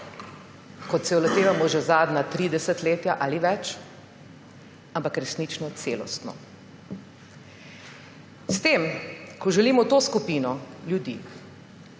kot se je lotevamo že zadnja tri desetletja ali več, ampak resnično celostno. S tem, ko želimo to skupino ljudi